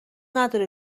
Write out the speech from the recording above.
نداره